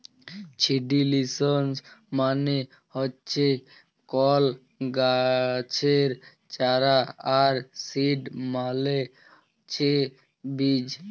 seedlings মানে হচ্যে কল গাছের চারা আর সিড মালে ছে বীজ